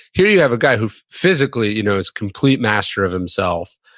here you have a guy who physically you know is complete master of himself.